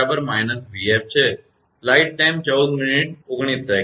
તેથી 𝑣𝑏𝑡 બરાબર −𝑣𝑓 છે